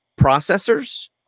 processors